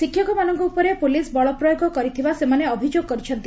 ଶିକ୍ଷକମାନଙ୍କ ଉପରେ ପୁଲିସ ବଳପ୍ରୟୋଗ କରିଥିବା ସେମାନେ ଅଭିଯୋଗ କରିଛନ୍ତି